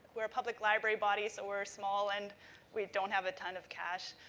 we're a public library body, so we're small and we don't have a ton of cash.